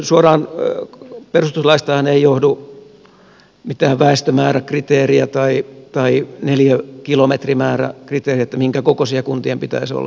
suoraan perustuslaistahan ei johdu mitään väestömääräkriteeriä tai neliökilometrimääräkriteeriä minkä kokoisia kuntien pitäisi olla